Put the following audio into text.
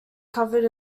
covered